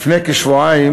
לפני כשבועיים